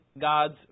God's